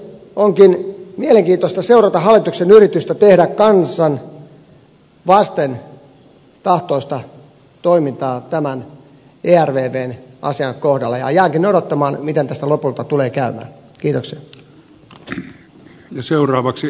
onkin mielenkiintoista seurata hallituksen yritystä tehdä kansalle vastointahtoista toimintaa tämän ervvn asian kohdalla ja jäänkin odottamaan miten tässä lopulta tulee käymään